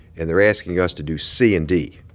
and they're asking us to do c and d.